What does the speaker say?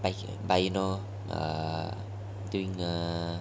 白雪 but you know err during err